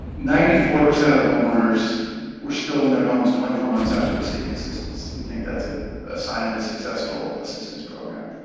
ninety four percent of the homeowners were still in their homes twenty four months after receiving assistance. we think that's ah a sign of a successful assistance program.